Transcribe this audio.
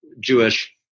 Jewish